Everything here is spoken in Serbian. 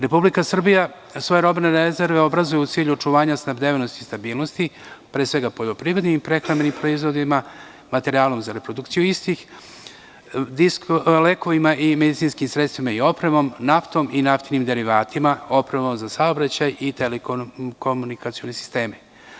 Republika Srbija svoje robne rezerve obrazuje u cilju očuvanja snabdevenosti i stabilnosti, pre svega poljoprivrednim i prehrambenim proizvodima, materijalom za reprodukciju istih, lekovima i medicinskim sredstvima i opremom, naftom i naftinim derivatima, opremom za saobraćaj i telekomunikacioni sistemi.